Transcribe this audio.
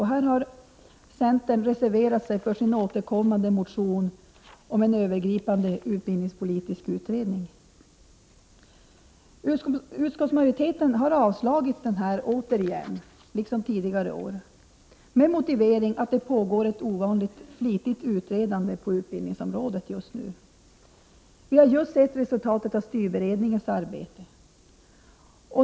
Här har centern reserverat sig för sin återkommande motion om en övergripande utbildningspolitisk utredning. Utskottsmajoriteten har, liksom tidigare år, avstyrkt motionen, med motivering att det pågår ett ovanligt flitigt utredande på utbildningsområdet just nu. Vi har just sett resultatet av styrberedningens arbete.